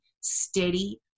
steady